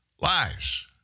Lies